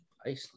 Iceland